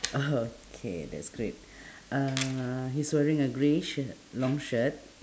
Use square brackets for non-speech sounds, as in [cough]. [laughs] okay that's great [breath] uhh he's wearing a gray shirt long shirt